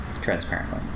transparently